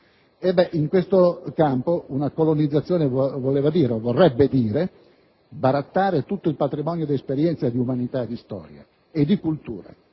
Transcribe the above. in questo campo una colonizzazione vorrebbe dire barattare tutto il patrimonio di esperienza, di umanità, di storia e di cultura